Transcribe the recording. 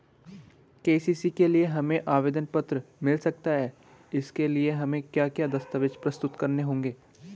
KCC के लिए हमें आवेदन पत्र मिल सकता है इसके लिए हमें क्या क्या दस्तावेज़ प्रस्तुत करने होंगे?